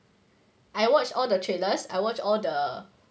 I watch all the trailers I watch all the